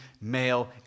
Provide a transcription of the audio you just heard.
male